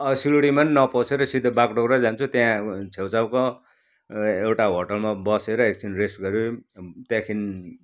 सिलगढीमा पनि नपसेर सिधै बाघडुग्रा जान्छु त्यहाँ छेउ छाउको एउटा होटेलमा बसेर एकछिन रेस्ट गरेर त्यहाँदेखि